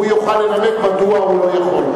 הוא יוכל לנמק מדוע הוא לא יכול,